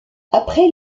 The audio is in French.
après